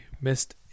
missed